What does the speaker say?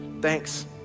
Thanks